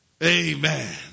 Amen